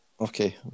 Okay